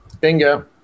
Bingo